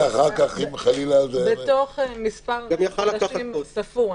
אחר כך אם חלילה --- בתוך מספר חודשים ספור,